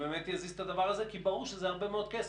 שיזיז את הדבר הזה, כי ברור שזה הרבה מאוד כסף?